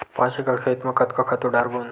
पांच एकड़ खेत म कतका खातु डारबोन?